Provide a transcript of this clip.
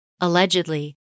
Allegedly